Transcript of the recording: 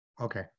okay